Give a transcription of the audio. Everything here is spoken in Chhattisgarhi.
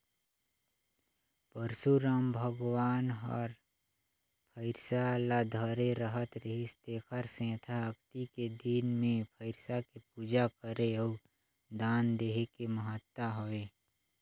परसुराम भगवान हर फइरसा ल धरे रहत रिहिस तेखर सेंथा अक्ती के दिन मे फइरसा के पूजा करे अउ दान देहे के महत्ता हवे